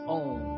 own